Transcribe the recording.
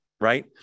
right